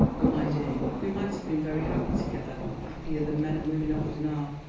oh, my dear, we might have been very happy together, happier than men and women often are,